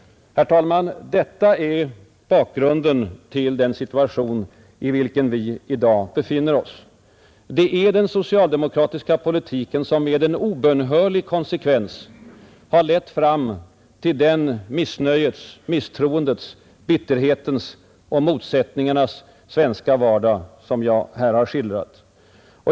Herr talman! Detta är bakgrunden till den situation i vilken vi i dag befinner oss. Det är den socialdemokratiska politiken som med en obönhörlig konsekvens har lett fram till den missnöjets, misstroendets, bitterhetens och motsättningarnas svenska vardag som jag här har skildrat.